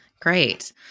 Great